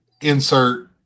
insert